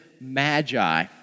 magi